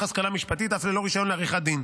השכלה משפטית אף ללא רישיון לעריכת דין.